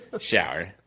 shower